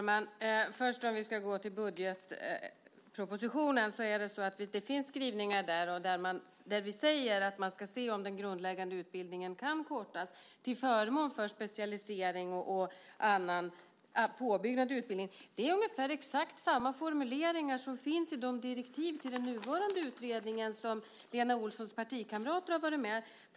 Herr talman! Vi kan börja med budgetpropositionen. Det finns skrivningar där i vilka vi säger att man ska se om den grundläggande utbildningen kan kortas till förmån för specialisering och annan påbyggnad på utbildningen. Det är nästan exakt samma formuleringar som finns i de direktiv till den nuvarande utredningen som Lena Olssons partikamrater har varit med om att utforma.